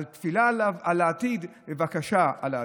עם תפילה אליו על העתיד ובבקשה על העתיד.